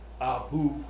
Abu